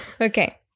okay